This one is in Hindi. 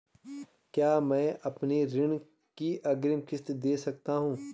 क्या मैं अपनी ऋण की अग्रिम किश्त दें सकता हूँ?